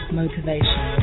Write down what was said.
motivation